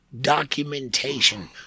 documentation